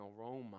aroma